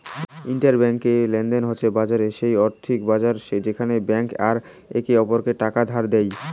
inter bank লেনদেনের বাজার হসে সেই আর্থিক বাজার যেখানে ব্যাংক রা একে অপরকে টাকা ধার দেই